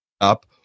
up